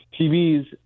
TVs